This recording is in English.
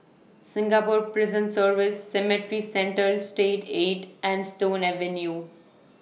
Singapore Prison Service Cemetry Central State eight and Stone Avenue